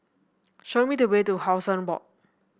show me the way to How Sun Walk